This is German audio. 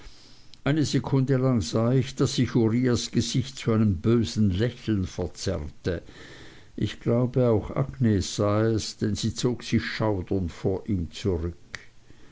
eine sekunde lang sah ich daß sich uriahs gesicht zu einem bösen lächeln verzerrte ich glaube auch agnes sah es denn sie zog sich schaudernd vor ihm zurück